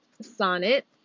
sonnet